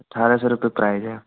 अठारह सौ रुपए प्राइज है